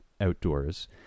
outdoors